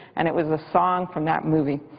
and it was a song from that movie,